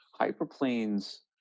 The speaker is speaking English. Hyperplane's